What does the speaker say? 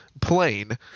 plane –